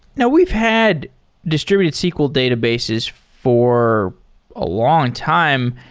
now we've had distributed sql databases for a long time.